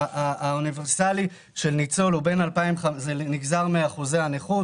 האוניברסלי, של ניצול נגזר מאחוזי הנכות